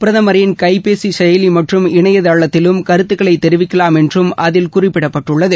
பிரதமரின் கைபேசி செயலி மற்றும் இணையதளத்திலும் கருத்துக்களை தெரிவிக்கலாம் என்றும் அதில் குறிப்பிடப்பட்டுள்ளது